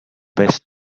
best